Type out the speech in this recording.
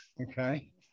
okay